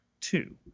Two